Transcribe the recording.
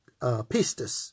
pistis